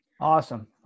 Awesome